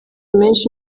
menshi